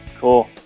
Cool